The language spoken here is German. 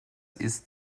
ist